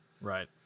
Right